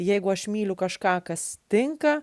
jeigu aš myliu kažką kas tinka